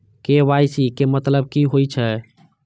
KYC के मतलब कि होई छै?